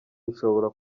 bishobora